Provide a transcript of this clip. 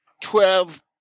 twelve